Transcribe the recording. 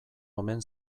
omen